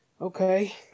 okay